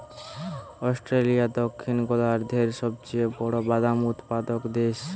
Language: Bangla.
অস্ট্রেলিয়া দক্ষিণ গোলার্ধের সবচেয়ে বড় বাদাম উৎপাদক দেশ